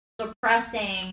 suppressing